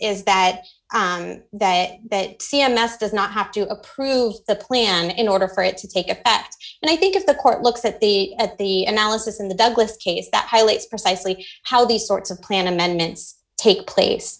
is that that that c m s does not have to approve the plan in order for it to take effect and i think the court looks at the at the analysis in the douglas case that highlights precisely how these sorts of planned amendments take place